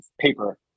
paper